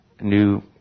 new